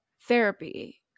therapy